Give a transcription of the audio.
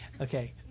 okay